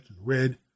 red